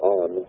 on